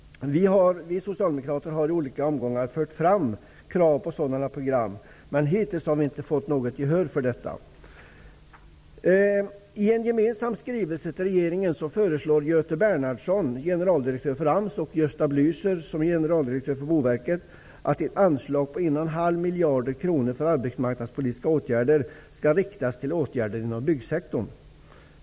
Vi socialdemokrater har i olika omgångar fört fram krav på sådana program, men hittills har vi inte fått något gehör för dessa. I en gemensam skrivelse till regeringen föreslår Gösta Blücher, generaldirektör för Boverket, att ett anslag på en och en halv miljard kronor för arbetsmarknadspolitiska åtgärder skall riktas mot åtgärder inom byggsektorn.